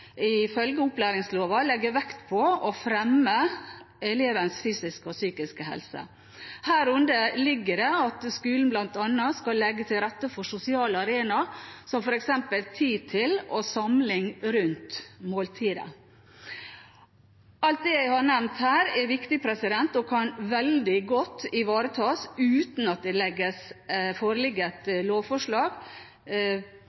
vekt på å fremme elevens fysiske og psykiske helse. Herunder ligger det at skolen bl.a. skal legge til rette for sosiale arenaer, gjennom f.eks. tid til og samling rundt måltidet. Alt det jeg har nevnt her, er viktig og kan veldig godt ivaretas uten at det foreligger et